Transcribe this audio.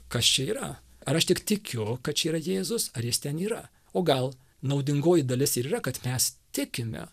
kas čia yra ar aš tik tikiu kad čia yra jėzus ar jis ten yra o gal naudingoji dalis ir yra kad mes tikime